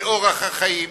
באורח החיים,